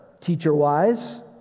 teacher-wise